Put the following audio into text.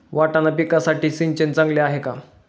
वाटाणा पिकासाठी सिंचन चांगले आहे का?